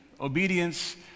obedience